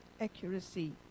Accuracy